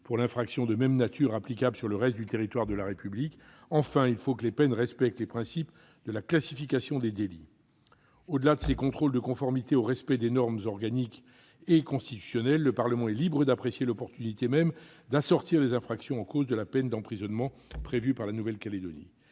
pour l'infraction de même nature applicable sur le reste du territoire de la République. Il faut enfin que les peines respectent le principe de la classification des délits. Au-delà de ces contrôles de conformité au respect des normes organiques et constitutionnelles, le Parlement est libre d'apprécier l'opportunité même d'assortir les infractions en cause de la peine d'emprisonnement prévue par la Nouvelle-Calédonie.